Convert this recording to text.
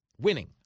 winning